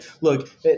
look